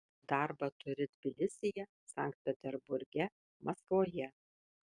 darbą turi tbilisyje sankt peterburge maskvoje